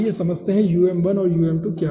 तो आइए समझते हैं कि um1 और um2 क्या है